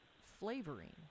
flavoring